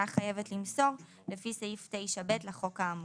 חייבת למסור לפי סעיף 9(ב) לחוק האמור.